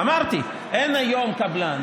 אמרתי, אין היום קבלן